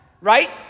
right